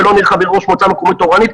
ולא ניר ראש מועצה מקומית אורנית,